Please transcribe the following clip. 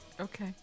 Okay